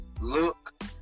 look